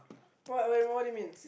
what what do you mean